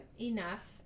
enough